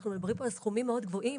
אנחנו מדברים פה על סכומים מאוד גבוהים.